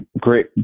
Great